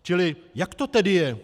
Čili jak to tedy je?